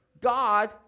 God